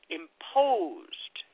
imposed